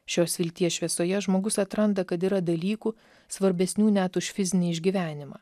šios vilties šviesoje žmogus atranda kad yra dalykų svarbesnių net už fizinį išgyvenimą